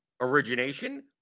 origination